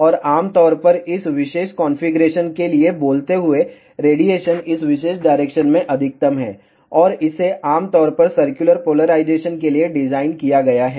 और आम तौर पर इस विशेष कॉन्फ़िगरेशन के लिए बोलते हुए रेडिएशन इस विशेष डायरेक्शन में अधिकतम है और इसे आम तौर पर सर्कुलर पोलराइजेशन के लिए डिज़ाइन किया गया है